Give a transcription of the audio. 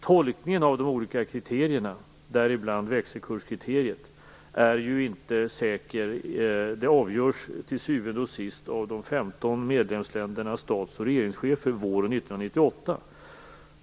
Tolkningen av de olika kriterierna, däribland växelkurskriteriet, är inte säker. Den avgörs till syvende och sist av de 15 medlemsländernas stats och regeringschefer våren 1998.